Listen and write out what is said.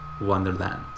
Wonderland